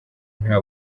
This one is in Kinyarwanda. nta